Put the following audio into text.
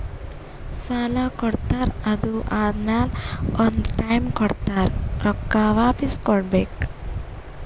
ಸಾಲಾ ಕೊಡ್ತಾರ್ ಅದು ಆದಮ್ಯಾಲ ಒಂದ್ ಟೈಮ್ ಕೊಡ್ತಾರ್ ರೊಕ್ಕಾ ವಾಪಿಸ್ ಕೊಡ್ಬೇಕ್